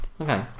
okay